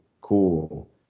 cool